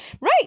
Right